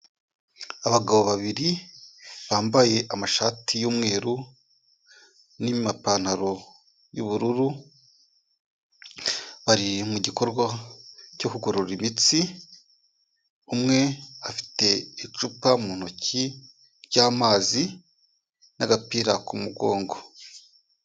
Abagabo babiri bambaye amashati y'umweru, n'amapantaro y'ubururu, bari mu gikorwa cyo kugorora imitsi, umwe afite icupa mu ntoki ry'amazi, n'agapira ku mugongo.